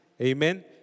Amen